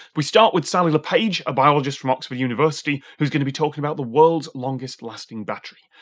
we start with sally le page, a biologist from oxford university, who is going to be talking about the world's longest lasting battery.